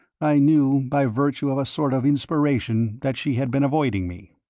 i knew by virtue of a sort of inspiration that she had been avoiding me.